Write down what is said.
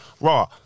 Raw